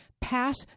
Pass